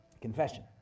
confession